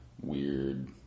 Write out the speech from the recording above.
weird